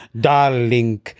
darling